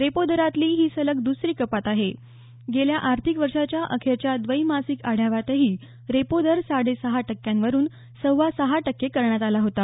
repo दरातली ही सलग दुसरी कपात आहे गेल्या आर्थिक वर्षाच्या अखेरच्या द्वैमासिक आढाव्यातही रेपो दर साडे सहा टक्क्यांवरून सव्वा सहा टक्के करण्यात आला होते